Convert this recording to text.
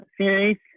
series